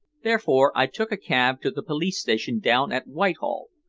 therefore i took a cab to the police-station down at whitehall,